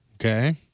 Okay